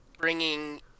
bringing